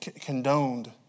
condoned